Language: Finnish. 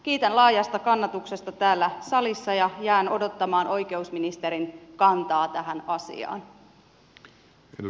kiitän laajasta kannatuksesta täällä salissa ja jään odottamaan oikeusministerin kantaa tähän asiaan